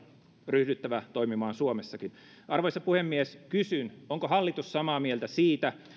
ryhdyttävä toimimaan suomessakin arvoisa puhemies kysyn onko hallitus samaa mieltä siitä